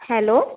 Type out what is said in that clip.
hello